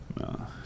No